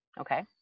Okay